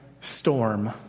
storm